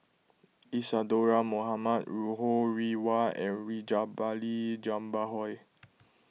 Isadhora Mohamed Ho Rih Hwa and Rajabali Jumabhoy